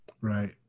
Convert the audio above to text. Right